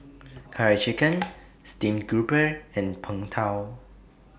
Curry Chicken Steamed Grouper and Png Tao